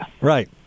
Right